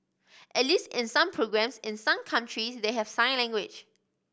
at least in some programmes in some countries they have sign language